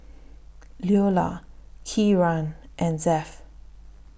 Loula Kieran and Zed